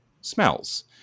smells